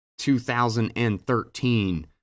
2013